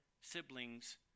siblings